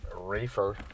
reefer